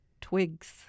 twigs